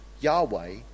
Yahweh